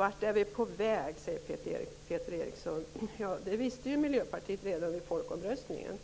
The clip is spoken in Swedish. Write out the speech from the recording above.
Peter Eriksson frågade vart vi är på väg. Det visste Miljöpartiet redan vid folkomröstningen.